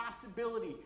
possibility